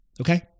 Okay